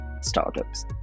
startups